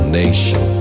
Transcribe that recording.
nation